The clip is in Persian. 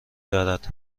دارد